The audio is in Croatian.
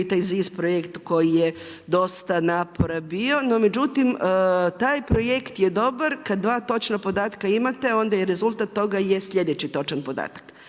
i taj ZIS projekt koji je dosta napora bio, no međutim taj projekt je dobar kada dva točna podatka imate onda i rezultat toga je sljedeći točan podatak.